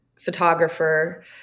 photographer